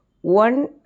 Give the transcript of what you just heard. one